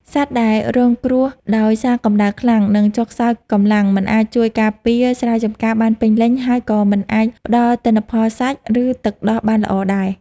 សត្វដែលរងគ្រោះដោយសារកម្ដៅខ្លាំង នឹងចុះខ្សោយកម្លាំង មិនអាចជួយការងារស្រែចម្ការបានពេញលេញ ហើយក៏មិនអាចផ្ដល់ទិន្នផលសាច់ ឬទឹកដោះបានល្អដែរ។